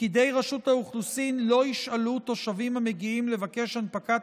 פקידי רשות האוכלוסין לא ישאלו תושבים המגיעים לבקש הנפקת